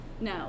No